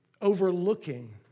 overlooking